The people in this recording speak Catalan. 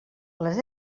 les